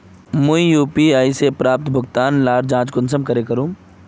मुई यु.पी.आई से प्राप्त भुगतान लार जाँच कुंसम करे करूम?